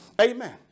Amen